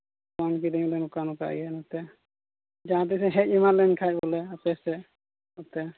phone ᱠᱤᱫᱟᱹᱧ ᱵᱚᱞᱮ ᱱᱚᱝᱠᱟ ᱱᱚᱝᱠᱟ ᱤᱭᱟᱹ ᱱᱚᱛᱮ ᱡᱟᱦᱟᱸ ᱛᱤᱥ ᱤᱧ ᱦᱮᱡ ᱮᱢᱟᱱ ᱞᱮᱱᱠᱷᱟᱱ ᱵᱚᱞᱮ ᱟᱯᱮ ᱥᱮᱫ ᱱᱚᱛᱮ